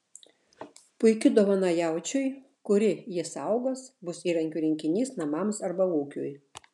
puiki dovana jaučiui kuri jį saugos bus įrankių rinkinys namams arba ūkiui